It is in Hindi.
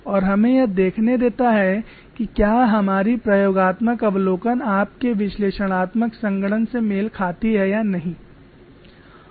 और हमें यह देखने देता है कि क्या हमारी प्रयोगात्मक अवलोकन आपके विश्लेषणात्मक संगणना से मेल खाती है या नहीं